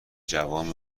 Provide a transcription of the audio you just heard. جوان